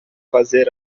fazer